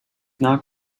not